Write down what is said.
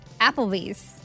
Applebee's